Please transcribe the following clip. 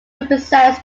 represents